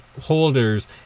holders